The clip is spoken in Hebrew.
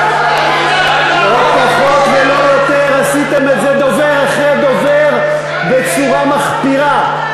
לא פחות ולא יותר עשיתם את זה דובר אחרי דובר בצורה מחפירה.